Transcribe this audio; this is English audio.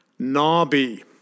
Nabi